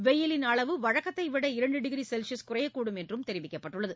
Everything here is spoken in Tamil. வெயிலின் அளவு வழக்கத்தைவிட இரண்டு டிகிரி செல்சியஸ் குறையக்கூடும் எனவும் தெரிவிக்கப்பட்டுள்ளது